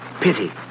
pity